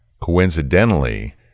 Coincidentally